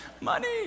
money